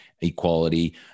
equality